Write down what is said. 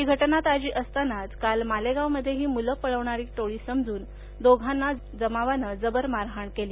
ही घटना ताजी असतानाच काल मालेगावमध्येही मुलं पळवणारी टोळी समजून दोघांना जमावानं जबर मारहाण केली